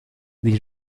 sie